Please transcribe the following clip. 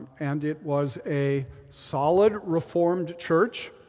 and it was a solid reformed church